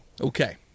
Okay